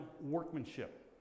workmanship